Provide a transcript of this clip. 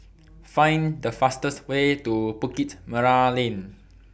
Find The fastest Way to Bukit Merah Lane